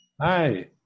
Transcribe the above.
Hi